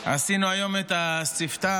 עשינו היום את הספתח,